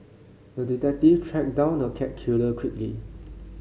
the detective tracked down the cat killer quickly